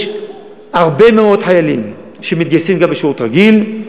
יש הרבה מאוד חיילים שמתגייסים גם בשירות רגיל,